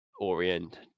orient